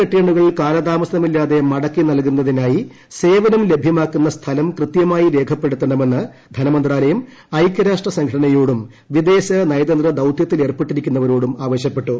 റിട്ടേണുകൾ കാലതാമസ്മില്ലാതെ മടക്കി നൽകുന്നതിനായി സേവനം ലഭ്യമാക്കുന്ന സ്ഥലം കൃത്യമായി രേഖപ്പെടുത്തണമെന്ന് ധനമിന്ത്യാലയം ഐക്യരാഷ്ട്ര സംഘടനയോടും വിദ്ദേശ് നയതന്ത്രദൌത്യത്തിലേർപ്പെട്ടിരിക്കുന്നവരോടും ആവശ്യപ്പെട്ടു